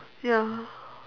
ya